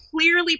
clearly